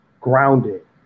grounded